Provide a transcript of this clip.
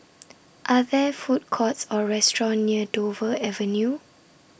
Are There Food Courts Or restaurants near Dover Avenue